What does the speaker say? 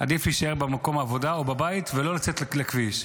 עדיף להישאר במקום העבודה או בבית ולא לצאת לכביש.